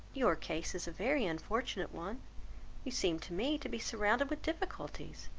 your case is a very unfortunate one you seem to me to be surrounded with difficulties,